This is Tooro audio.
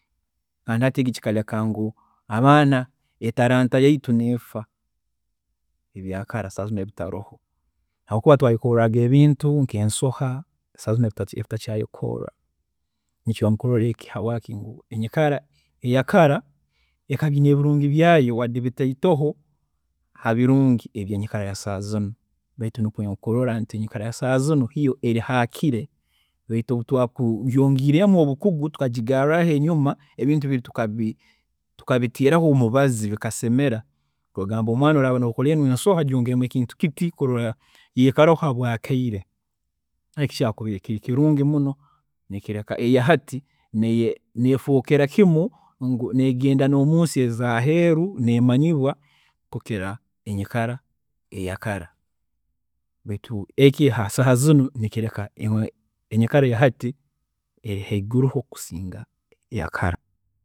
Kandi hati kikooreeka ngu abaana entaraanta yaitu neefwa, eby'akara saaha zinu ebitaroho habwokuba twayekoorraga ebintu nka ensoha saaha zinu ebitutakyaayekoorra nikyo nkurora eki habwaaki enyikara eyakara ekaba eyine ebilungi byaayo wadde bitaitoho habirungi ebya saaha zinu baitu nikwe nkurola nti enyikara ya saaha zinu iyo eri hakire baitu obu twakugyongiiremu obukugu tukagigaarraho enyuma ebintu biri tukabi tukabiteeraho omubazi bikasemera kugamaba omwaana oraaba nokora enu ensoha gyongeremu ekintu kiti kurola ngu yaikaraho habwaakaire, eki kyakubaire kiri kilungi muno nikireka eyahati neye nefwokera kimu negenda nomunsi ezaaheeru nemanyibwa kukira enyikara eyakara baitu egi hasaaha zinu nereka enyikara eya hati eri haiguruho kusinga eya kara.